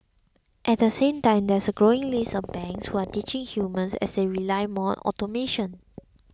at the same time there's a growing list of banks who are ditching humans as they rely more on automation